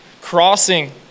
crossing